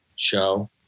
show